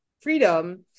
freedom